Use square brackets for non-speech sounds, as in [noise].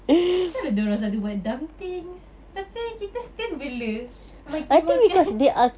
dah lah diorang selalu buat dumb things tapi kita still bela bagi makan [laughs]